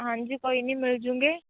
ਹਾਂਜੀ ਕੋਈ ਨਹੀਂ ਮਿਲਜੂੰਗੇ